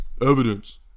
Evidence